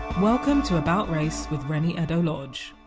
welcome to about race with reni eddo-lodge